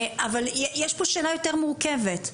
אבל יש פה שאלה יותר מורכבת,